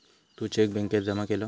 तू cheque बॅन्केत जमा केलं?